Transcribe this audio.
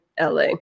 LA